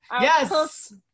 Yes